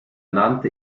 nannte